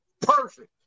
Perfect